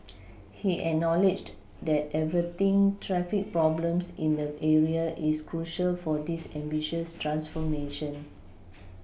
he acknowledged that averting traffic problems in the area is crucial for this ambitious transformation